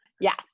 Yes